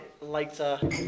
later